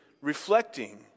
reflecting